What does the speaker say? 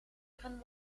uren